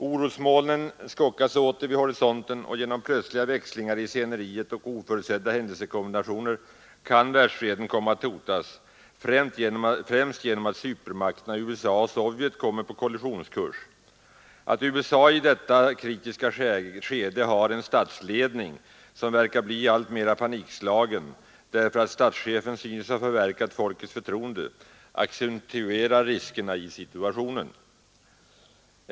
Orosmolnen skockas åter vid horisonten, och genom plötsliga växlingar i sceneriet och oförutsedda händelsekombinationer kan världsfreden komma att hotas, främst genom att supermakterna USA och Sovjet kommer på kollisionskurs. Att USA i detta kritiska skede har en statsledning, som verkar bli alltmera panikslagen därför att statschefen synes ha förverkat folkets förtroende, accentuerar riskerna i situationen.